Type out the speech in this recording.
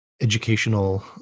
educational